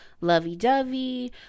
lovey-dovey